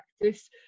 practice